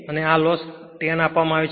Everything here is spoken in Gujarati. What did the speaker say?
અને આ લોસ 10 આપવામાં આવે છે